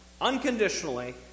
unconditionally